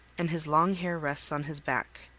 and his long hair rests on his back.